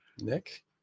Nick